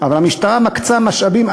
אבל המשטרה מקצה משאבים,